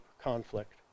conflict